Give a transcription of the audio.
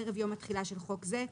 ערב יום התחילה של חוק זה,